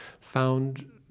found